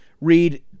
read